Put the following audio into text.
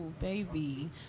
baby